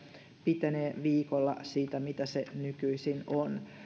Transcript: pitenee viikolla siitä mitä se nykyisin on